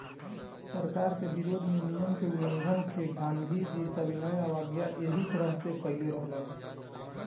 सरकार के विरोध में नियम के उल्लंघन क के गांधीजी सविनय अवज्ञा एही तरह से कईले रहलन